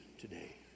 today